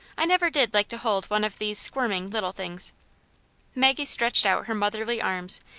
i never did like to hold one of these squirming little things maggie stretched out her motherly arms,